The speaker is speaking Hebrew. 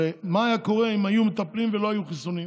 הרי מה היה קורה אם הם היו מטפלים ולא היו חיסונים?